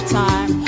time